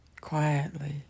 quietly